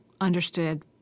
understood